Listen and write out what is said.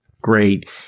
great